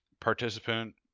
participant